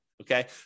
Okay